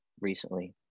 recently